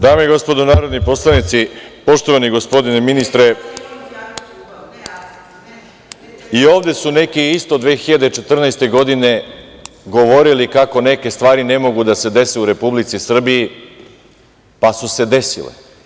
Dame i gospodo narodni poslanici, poštovani gospodine ministre, i ovde su neki isto 2014. godine govorili kako neke stvari ne mogu da se dese u Republici Srbiji, pa su se desile.